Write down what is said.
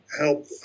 help